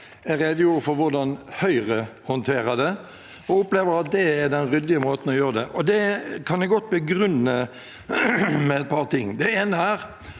Jeg redegjorde for hvordan Høyre håndterer det, og opplever at det er den ryddige måten å gjøre det på. Det kan jeg godt begrunne med et par ting. Den ene er